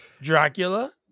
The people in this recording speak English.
Dracula